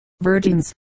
Virgins